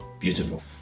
beautiful